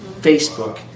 Facebook